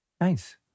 nice